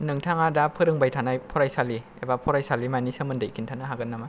नोंथाङा दा फोरोंबाय थानाय फरायसालि एबा फरायसालिमानि सोमोन्दै खिन्थानो हागोन नामा